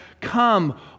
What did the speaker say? come